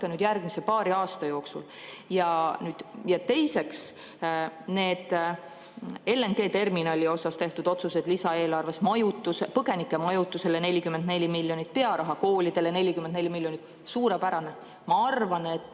järgmise paari aasta jooksul. Ja teiseks, need LNG‑terminali kohta tehtud otsused lisaeelarves, põgenike majutusele 44 miljonit, pearaha koolidele 44 miljonit – suurepärane. Ma arvan, et